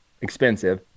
expensive